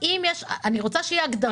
אני רוצה שיהיו הגדרות.